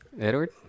Edward